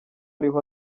ariho